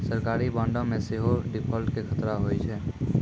सरकारी बांडो मे सेहो डिफ़ॉल्ट के खतरा होय छै